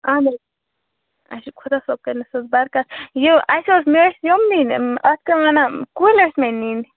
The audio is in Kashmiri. اَہَن حظ اچھا خۄدا صٲب کٔرِنَس حظ برکت یہِ اَسہِ ٲسۍ مےٚ ٲسۍ یِم نِنۍ اَتھ کیٛاہ وَنان کُلۍ ٲسۍ مےٚ نِنۍ